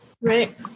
Right